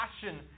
passion